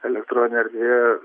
elektroninėj erdvėje